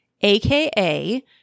AKA